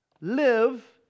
live